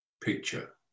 picture